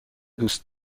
دوست